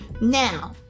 now